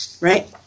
Right